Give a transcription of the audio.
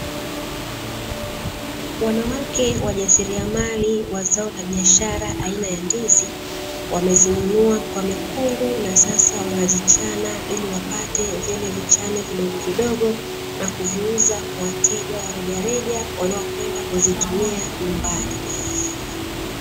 Wanawake wajasiriamali wa zao la biashara aina ya ndizi, wamezinunua kwa mikungu na sasa wanazichana ili wapate vile vichane vidogovidogo na kuviuza kwa wateja wa rejareja wanaokwenda kuzitumia nyumbani.